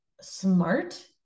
smart